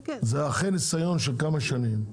זה אחרי ניסיון של כמה שנים,